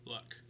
Luck